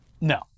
No